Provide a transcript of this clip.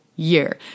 year